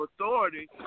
authority